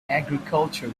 agriculture